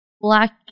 black